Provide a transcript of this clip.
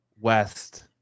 West